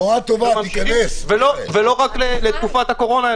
ולא רק לתקופת הקורונה,